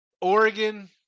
Oregon